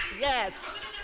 Yes